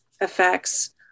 effects